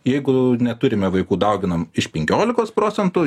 jeigu neturime vaikų dauginam iš penkiolikos procentų